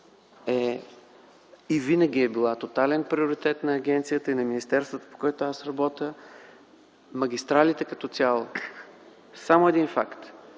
е и винаги е била тотален приоритет на агенцията и на министерството, в което аз работя, магистралите като цяло. Само един факт